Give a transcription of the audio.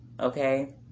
Okay